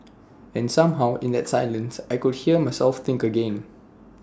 and somehow in that silence I could hear myself think again